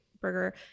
burger